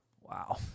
Wow